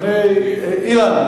אילן,